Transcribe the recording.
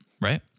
right